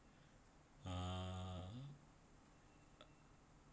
uh